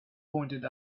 pointed